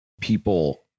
people